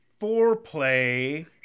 foreplay